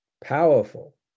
Powerful